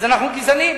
אז אנחנו גזענים.